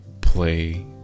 play